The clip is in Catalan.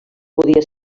podia